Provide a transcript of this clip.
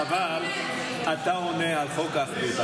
דודי, חבל, אתה עונה על חוק האחדות.